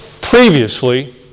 previously